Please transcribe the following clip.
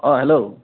অঁ হেল্ল'